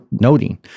noting